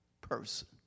person